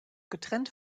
getrennt